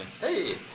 hey